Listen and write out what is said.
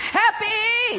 happy